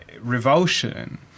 revulsion